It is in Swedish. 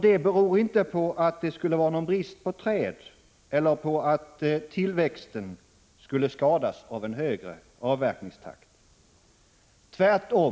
Det beror inte på att det skulle råda brist på träd eller på att tillväxten skulle skadas av en högre avverkningstakt — tvärtom!